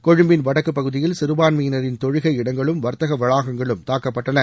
கொழும்பின் வடக்குப் பகுதியில் சிறுபான்மையினரின் தொழுகை இடங்களும் வர்த்தக வளாகங்களும் தாக்கப்பட்டன